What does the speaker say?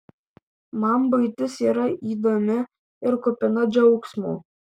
man buitis yra įdomi ir kupina džiaugsmo